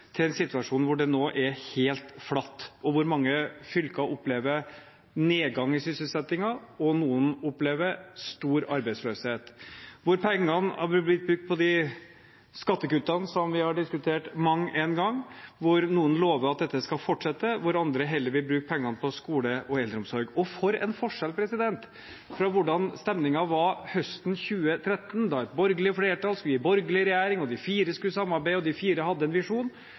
til en situasjon der det nå er helt flatt, der mange fylker opplever nedgang i sysselsettingen og noen opplever stor arbeidsløshet, der pengene er brukt på de skattekuttene som vi har diskutert mang en gang, og som noen lover skal fortsette, mens andre heller vil bruke pengene på skole og eldreomsorg. Og for en forskjell fra hvordan stemningen var høsten 2013, da et borgerlig flertall skulle gi borgerlig regjering – de fire skulle samarbeide, og de fire hadde en visjon!